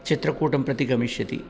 चित्रकूटं प्रति गमिष्यति